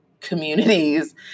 communities